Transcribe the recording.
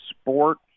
sport